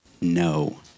No